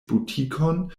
butikon